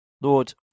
Lord